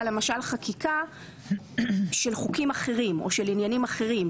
למשל חקיקה של חוקים אחרים או של עניינים אחרים,